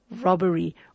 robbery